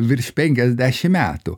virš penkiasdešimt metų